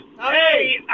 Hey